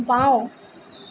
বাওঁ